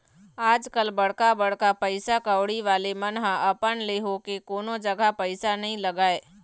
आजकल बड़का बड़का पइसा कउड़ी वाले मन ह अपन ले होके कोनो जघा पइसा नइ लगाय